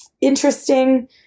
interesting